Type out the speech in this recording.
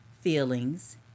feelings